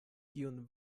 kiun